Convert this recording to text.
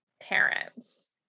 parents